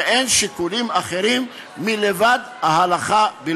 ואין שיקולים אחרים מלבד ההלכה.